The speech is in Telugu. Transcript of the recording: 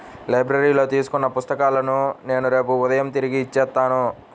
లైబ్రరీలో తీసుకున్న పుస్తకాలను నేను రేపు ఉదయం తిరిగి ఇచ్చేత్తాను